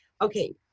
Okay